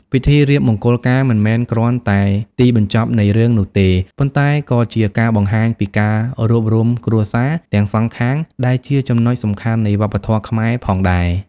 ពិធីរៀបមង្គលការមិនមែនគ្រាន់តែទីបញ្ចប់នៃរឿងនោះទេ ប៉ុន្តែក៏ជាការបង្ហាញពី ការរួបរួមគ្រួសារ ទាំងសងខាង ដែលជាចំណុចសំខាន់នៃវប្បធម៌ខ្មែរផងដែរ។